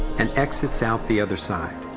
and exits out the other side.